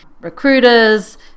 recruiters